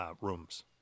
rooms